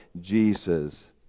jesus